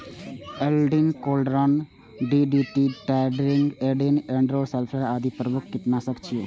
Aldrin, chlordane, DDT, dieldrin, endrin, endosulfan आदि प्रमुख कीटनाशक छियै